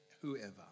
whoever